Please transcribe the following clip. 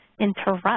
interrupt